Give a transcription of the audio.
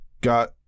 got